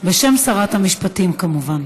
בשם שרת המשפטים, כמובן.